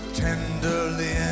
tenderly